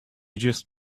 just